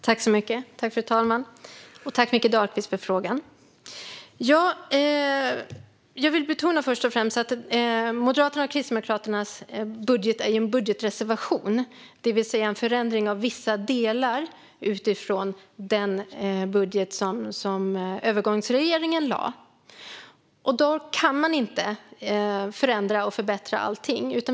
Fru talman! Jag tackar Mikael Dahlqvist för frågan. Först och främst vill jag betona att Moderaternas och Kristdemokraternas budget är en budgetreservation, det vill säga en förändring av vissa delar av den budget som övergångsregeringen lade fram. Då kan man inte förändra och förbättra allting.